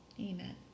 Amen